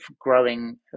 growing